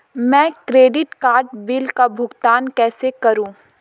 मैं credit card bill का भुगतान कैसे करूं?